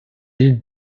îles